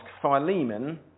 Philemon